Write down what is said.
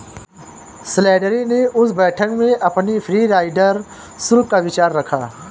Slattery ने उस बैठक में अपने फ्री राइडर शुल्क का विचार रखा